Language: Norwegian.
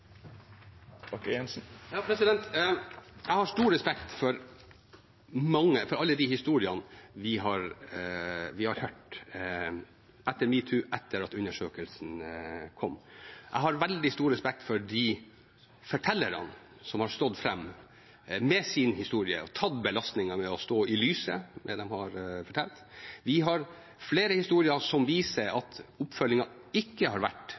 Jeg har stor respekt for alle de historiene vi har hørt etter metoo og etter at undersøkelsen kom. Jeg har veldig stor respekt for de fortellerne som har stått fram med sin historie og tatt belastningen med å stå i lyset med det de har fortalt. Vi har flere historier som viser at oppfølgingen ikke har vært